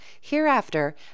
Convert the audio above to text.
hereafter